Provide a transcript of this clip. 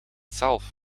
zelf